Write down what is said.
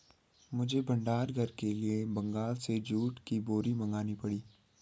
मुझे भंडार घर के लिए बंगाल से जूट की बोरी मंगानी पड़ी